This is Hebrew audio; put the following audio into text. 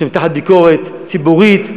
שהן תחת ביקורת ציבורית,